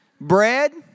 Bread